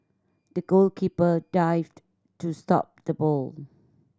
the goalkeeper dived to stop the ball